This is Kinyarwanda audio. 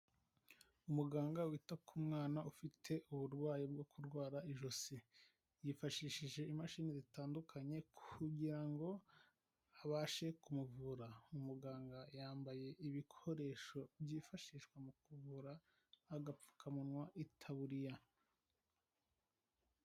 Umuganga wita ku mwana ufite uburwayi bwo kurwara ijosi, yifashishije imashini zitandukanye kugira ngo abashe kumuvura, umuganga yambaye ibikoresho byifashishwa mu kuvura, agapfukamunwa, itaburiya.